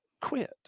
quit